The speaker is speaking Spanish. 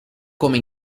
come